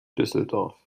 düsseldorf